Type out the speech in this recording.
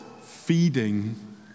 feeding